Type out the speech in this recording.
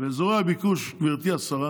באזורי הביקוש, גברתי השרה,